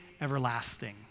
everlasting